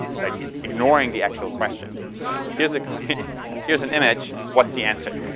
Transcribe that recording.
like ignoring the actual question. it's like here's here's an image, what's the answer?